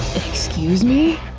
excuse me?